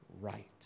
right